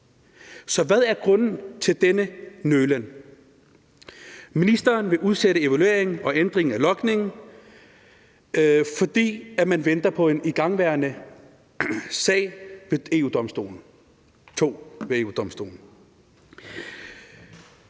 Så hvad er grunden til denne nølen? Ministeren vil udsætte evalueringen og ændringen af logningen, fordi man venter på to igangværende sager ved EU-Domstolen.